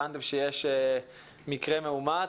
הבנתם שיש מקרה מאומת,